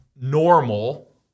normal